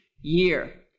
year